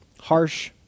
Harsh